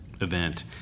event